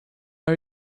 are